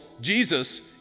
Jesus